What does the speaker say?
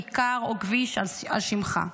כיכר או כביש על שמך?